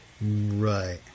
Right